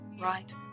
right